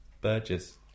burgess